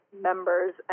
members